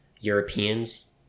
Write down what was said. Europeans